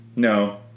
No